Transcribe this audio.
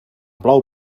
plou